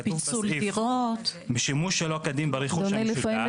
כתוב בסעיף, שימוש שלא כדין ברכוש המשותף.